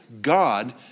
God